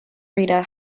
rita